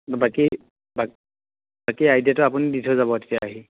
বাকী বাকী আইডিয়াটো আপুনি দি থৈ যাব তেতিয়া আহি